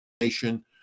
nation